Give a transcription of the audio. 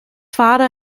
father